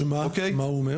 שמה הוא אומר?